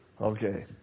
Okay